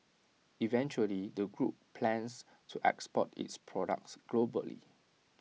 eventually the group plans to export its products globally